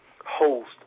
host